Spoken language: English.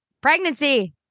Pregnancy